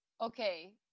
Okay